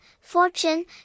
Fortune